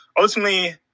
ultimately